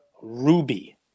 Ruby